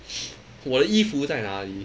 我的衣服在哪里